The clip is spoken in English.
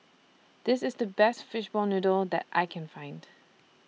This IS The Best Fishball Noodle that I Can Find